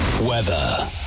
Weather